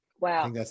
Wow